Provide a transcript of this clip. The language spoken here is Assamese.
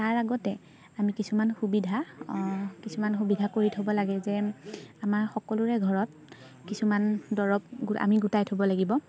তাৰ আগতে আমি কিছুমান সুবিধা কিছুমান সুবিধা কৰি থ'ব লাগে যে আমাৰ সকলোৰে ঘৰত কিছুমান দৰৱ আমি গোটাই থ'ব লাগিব